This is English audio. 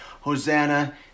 Hosanna